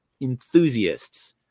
enthusiasts